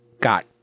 got